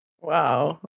Wow